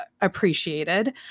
appreciated